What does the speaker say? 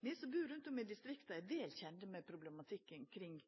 Vi som bur rundt om i distrikta, er vel kjende med problematikken kring